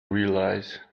realise